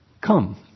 come